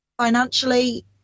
Financially